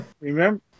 Remember